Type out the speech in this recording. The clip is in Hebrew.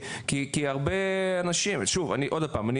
כי הרבה אנשים --- שוב,